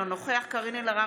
אינו נוכח קארין אלהרר,